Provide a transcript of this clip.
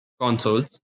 consoles